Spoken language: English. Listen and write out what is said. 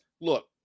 look